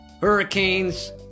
Hurricanes